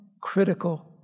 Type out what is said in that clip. critical